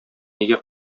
нигә